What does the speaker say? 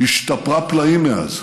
השתפרה פלאים מאז: